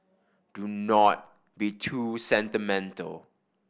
do not be too sentimental